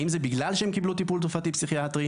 האם זה בגלל שהם קיבלו טיפול תרופתי פסיכיאטרי?